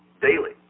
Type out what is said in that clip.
Daily